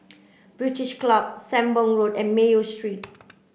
British Club Sembong Road and Mayo Street